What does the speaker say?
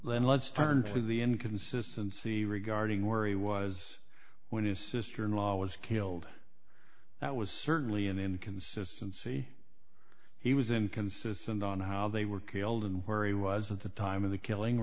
let's turn to the inconsistency regarding worry was when his sister in law was killed that was certainly an inconsistency he was inconsistent on how they were killed and where he was at the time of the killing